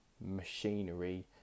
machinery